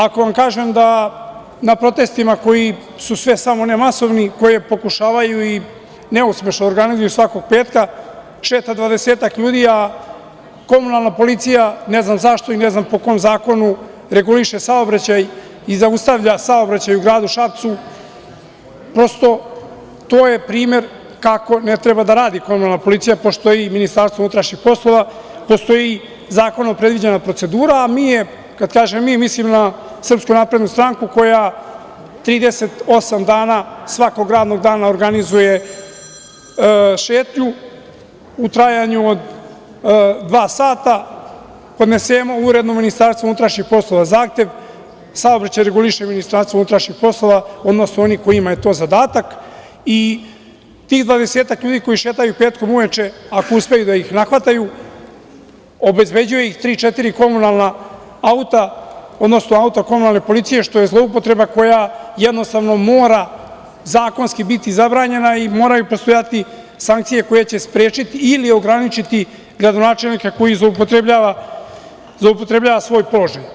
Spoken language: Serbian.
Ako vam kažem da na protestima koji su sve samo ne masovni koje pokušavaju i neuspešno organizuju svakog petka, šeta 20-ak ljudi, a komunalna policija, ne znam zašto i ne znam po kom zakonu reguliše saobraćaj i zaustavlja saobraćaj u gradu Šapcu, prosto to je primer kako ne treba da radi komunalna policija, pošto i MUP postoji zakon o predviđa procedura, a mi je kad kažem mi, mislim na SNS koja 38 dana svakog radnog dana organizuje šetnju u trajanju od dva sata, podnesemo uredno MUP zahtev, saobraćaj reguliše MUP, odnosno kojima je to zadatak i ti 20-ak ljudi koji šetaju petkom uveče, ako uspeju da ih nahvataju, obezbeđuje ih tri, četiri komunalna auta, odnosno auta komunalne policije što je zloupotreba koja jednostavno mora zakonski biti zabranjena i moraju postojati sankcije koja će sprečiti ili ograničiti gradonačelnik koji zloupotrebljava svoj položaj.